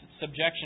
subjection